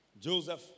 Joseph